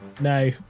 No